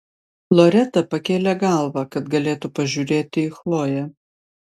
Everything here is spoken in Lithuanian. loreta pakėlė galvą kad galėtų pažiūrėti į chloję